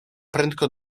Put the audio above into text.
prędko